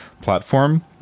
platform